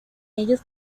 ellos